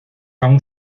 aún